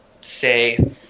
say